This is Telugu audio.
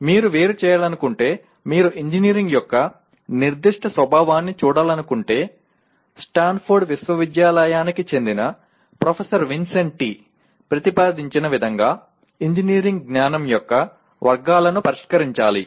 మీరు వేరు చేయాలనుకుంటే మీరు ఇంజనీరింగ్ యొక్క నిర్దిష్ట స్వభావాన్ని చూడాలనుకుంటే స్టాన్ఫోర్డ్ విశ్వవిద్యాలయానికి చెందిన ప్రొఫెసర్ విన్సెంటి ప్రతిపాదించిన విధంగా ఇంజనీరింగ్ జ్ఞానం యొక్క వర్గాలను పరిష్కరించాలి